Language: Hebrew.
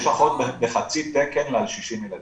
יש אחות בחצי תקן על 60 ילדים.